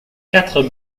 quatre